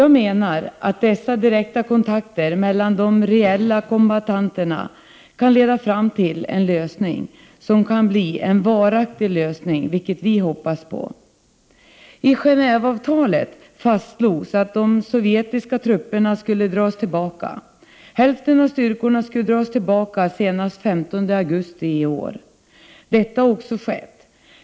Dessa direkta kontakter mellan de reella kombattanterna kan leda fram till en lösning, som förhoppningsvis blir varaktig. I Genéeveavtalet fastslogs att de sovjetiska trupperna skulle dras tillbaka. Hälften av styrkorna skulle dras tillbaka senast den 15 augusti i år. Detta har också skett.